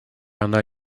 она